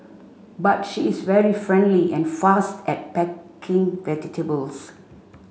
but she is very friendly and fast at packing vegetables